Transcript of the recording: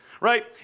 right